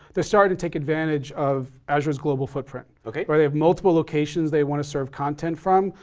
they're starting to take advantage of azure's global footprint. okay. or they have multiple locations they wanna serve content from.